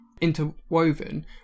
Interwoven